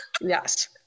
Yes